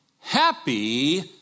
happy